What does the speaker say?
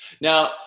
Now